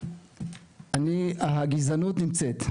אני, הגזענות נמצאת,